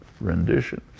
rendition